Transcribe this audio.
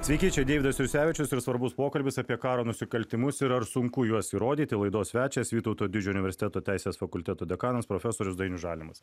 sveiki čia deividas jursevičius ir svarbus pokalbis apie karo nusikaltimus ir ar sunku juos įrodyti laidos svečias vytauto didžiojo universiteto teisės fakulteto dekanas profesorius dainius žalimas